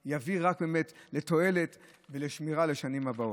שני יביא רק לתועלת ולשמירה לשנים הבאות.